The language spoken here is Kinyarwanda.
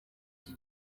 iki